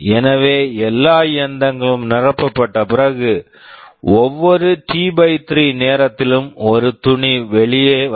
எனவே எல்லா இயந்திரங்களும் நிரப்பப்பட்ட பிறகு ஒவ்வொரு டி T 3 நேரத்திலும் ஒரு துணி வெளியே வரும்